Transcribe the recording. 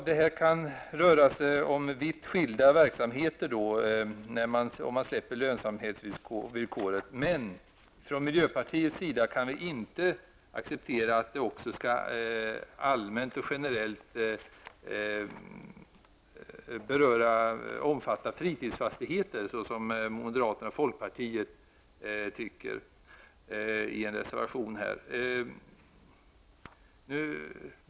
Det kan röra sig om vitt skilda verksamheter, om man släpper lönsamhetsvillkoret, men från miljöpartiets sida kan vi inte acceptera att slopandet av det villkoret skulle generellt omfatta även fritidsfastigheter, vilket moderaterna och folkpartiet tycker i en reservation här.